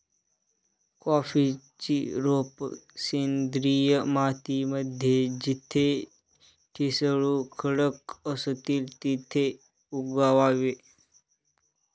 कॉफीची रोप सेंद्रिय माती मध्ये जिथे ठिसूळ खडक असतील तिथे उगवावे